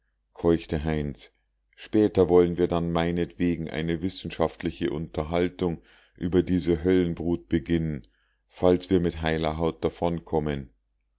keuchte heinz später wollen wir dann meinetwegen eine wissenschaftliche unterhaltung über diese höllenbrut beginnen falls wir mit heiler haut